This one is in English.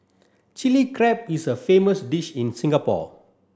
Chilli Crab is a famous dish in Singapore